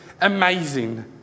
amazing